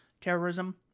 Terrorism